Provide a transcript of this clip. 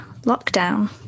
lockdown